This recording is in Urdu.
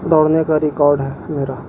دوڑنے کا ریکارڈ ہے میرا